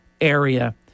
area